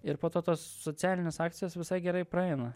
ir po to tos socialinės akcijos visai gerai praeina